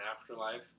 afterlife